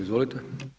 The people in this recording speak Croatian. Izvolite.